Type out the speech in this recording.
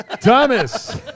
Thomas